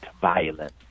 violence